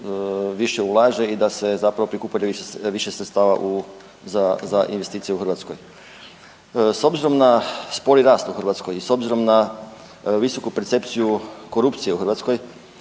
više ulaže i da se zapravo prikuplja više sredstava za investicije u Hrvatskoj. S obzirom na spori rast u Hrvatskoj i s obzirom na visoku percepcije korupcije u Hrvatskoj,